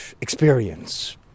experience